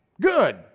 Good